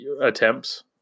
attempts